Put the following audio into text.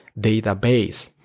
database